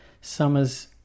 summer's